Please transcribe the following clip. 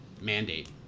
Mandate